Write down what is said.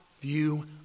view